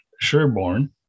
Sherborne